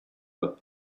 cup